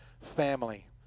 family